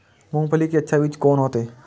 मूंगफली के अच्छा बीज कोन होते?